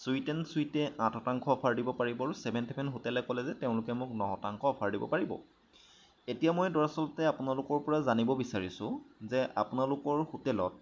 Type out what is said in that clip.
sweet and চুইটে আঠ শতাংশ অফাৰ দিব পাৰিব আৰু ছেভেন্থ হেভেন হোটেলে ক'লে যে তেওঁলোকে মোক ন শতাংশ অফাৰ দিব পাৰিব এতিয়া মই দৰাচলতে আপোনালোকৰ পৰা জানিব বিচাৰিছোঁ যে আপোনালোকৰ হোটেলত